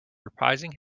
reprising